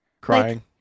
Crying